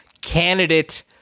candidate